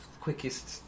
quickest